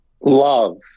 Love